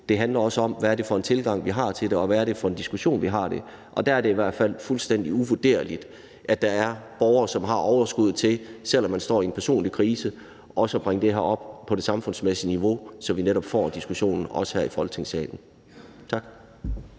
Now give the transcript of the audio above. Det handler også om, hvad det er for en tilgang, vi har til det, og hvad det er for en diskussion, vi har om det. Og der er det i hvert fald fuldstændig uvurderligt, at der er borgere, som har et overskud, selv om de står i en personlig krise, til også at bringe det her op på det samfundsmæssige niveau, så vi netop får diskussionen også her i Folketingssalen. Tak.